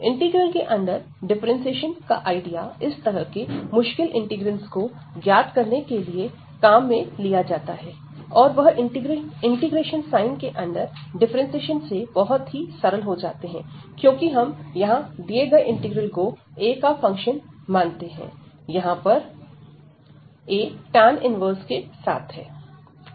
integral के अंदर differentiation का आइडिया इस तरह के मुश्किल इंटीग्रल्स को ज्ञात करने के लिए काम में लिया जाता है और वह इंटीग्रेशन साइन के अंदर डिफ्रेंसिएशन से बहुत ही सरल हो जाते हैं क्योंकि हम यहां दिए गए इंटीग्रल को a का फंक्शन मानते हैं यहां पर a tan 1 के साथ है